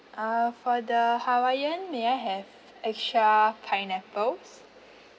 uh for the hawaiian may I have extra pineapples